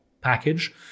package